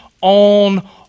on